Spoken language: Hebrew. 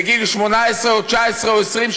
בגיל 18 או 19 או 20,